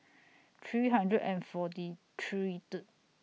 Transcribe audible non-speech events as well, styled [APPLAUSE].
three hundred and forty three [UNINTELLIGIBLE]